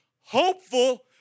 hopeful